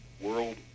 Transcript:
world